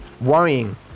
worrying